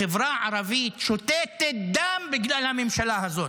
החברה הערבית שותתת דם בגלל הממשלה הזאת,